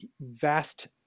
vast